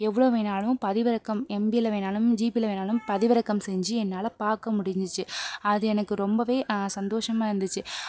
எவ்வளோ வேணாலும் பதிவிறக்கம் எம்பியில் வேணாலும் ஜிபியில் வேணாலும் பதிவிறக்கம் செஞ்சு என்னால் பார்க்க முடிஞ்சிச்சு அது எனக்கு ரொம்பவே சந்தோஷமாக இருந்துச்சு